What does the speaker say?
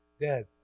Dead